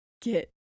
get